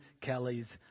Kelly's